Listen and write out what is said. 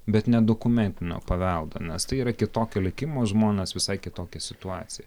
bet ne dokumentinio paveldo nes tai yra kitokio likimo žmonės visai kitokia situacija